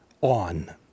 on